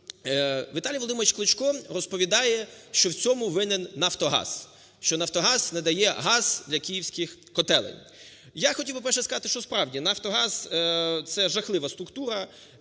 Віталій Володимирович Кличко розповідає, що в цьому винен "Нафтогаз", що "Нафтогаз" не дає газ для київських котелень. Я хотів би сказати, по-перше, що справді "Нафтогаз" – це жахлива структура,